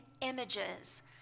images